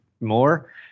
more